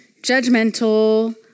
judgmental